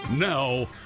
Now